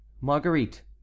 Marguerite